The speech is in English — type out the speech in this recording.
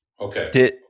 Okay